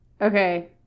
Okay